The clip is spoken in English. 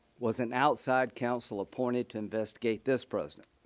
was an outside counsel appointed to investigate this president.